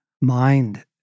mind